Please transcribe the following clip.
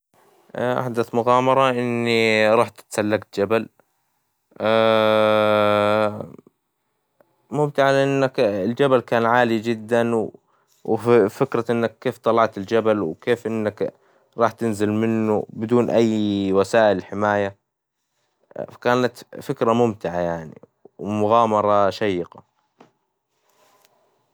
أحدث مغامرة إني رحت تسلقت جبل، ممتعة لأن الجبل كان عالي جدا، وفكرة كيف طلعت الجبل؟ وكيف راح تنزل منه بدون أي وسائل حماية؟ كانت فكرة ممتعة، ومغامرة شيقة.